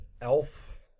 elf